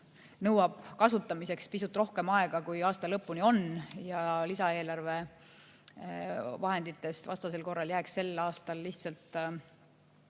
nõuab kasutamiseks pisut rohkem aega, kui aasta lõpuni on, ja lisaeelarve vahenditest vastasel korral jääks sel aastal lihtsalt